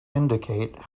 indicate